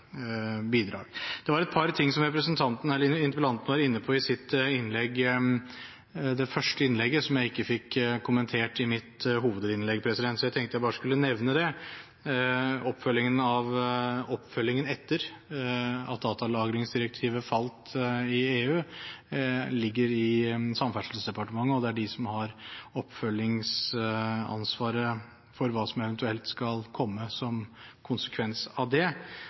bidrag. Det var et par ting som interpellanten var inne på i det første innlegget, som jeg ikke fikk kommentert i mitt hovedinnlegg. Jeg tenkte bare jeg skulle nevne det. Oppfølgingen etter at datalagringsdirektivet falt i EU, ligger i Samferdselsdepartementet, og det er de som har oppfølgingsansvaret for hva som eventuelt skal komme som konsekvens av det.